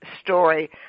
story